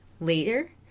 later